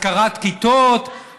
שכירת כיתות,